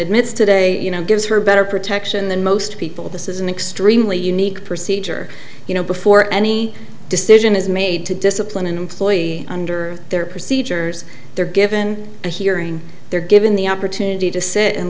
admits today you know gives her better protection than most people this is an extremely unique procedure you know before any decision is made to discipline an employee under their procedures they're given a hearing they're given the opportunity to sit and